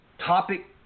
topic